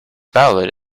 ballad